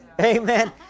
Amen